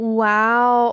Wow